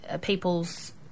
people's